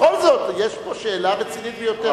בכל זאת יש פה שאלה רצינית מאוד.